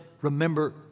remember